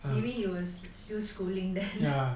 maybe you were still schooling then